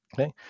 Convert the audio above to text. Okay